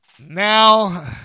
Now